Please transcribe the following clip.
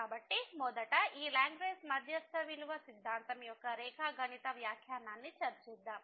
కాబట్టి మొదట ఈ లాగ్రేంజ్ మధ్యస్థ విలువ సిద్ధాంతం యొక్క రేఖాగణిత వ్యాఖ్యానాన్ని చర్చిద్దాం